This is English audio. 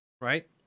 right